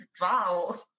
Wow